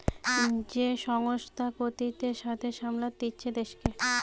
যে সংস্থা কর্তৃত্বের সাথে সামলাতিছে দেশকে